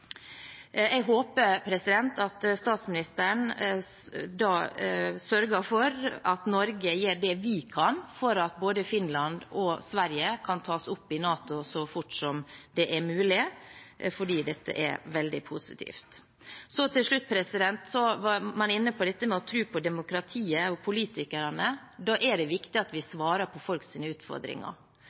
Jeg håper statsministeren sørger for at Norge gjør det vi kan for at både Finland og Sverige kan tas opp i NATO så fort som mulig, for dette er veldig positivt. Til slutt: Man var inne på dette med å tro på demokratiet og politikerne. Da er det viktig at vi svarer på folks utfordringer,